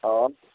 آ